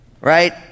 right